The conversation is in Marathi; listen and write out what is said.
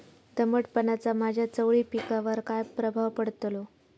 दमटपणाचा माझ्या चवळी पिकावर काय प्रभाव पडतलो?